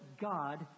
God